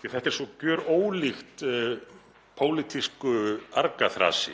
að þetta er svo gjörólíkt pólitísku argaþrasi